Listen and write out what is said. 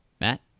Matt